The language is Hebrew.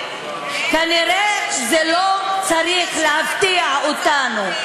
כנראה זה לא צריך להפתיע אותנו.